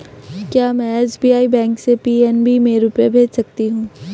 क्या में SBI bank से पी.एन.बी में रुपये भेज सकती हूँ?